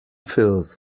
fields